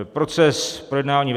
Proces projednání ve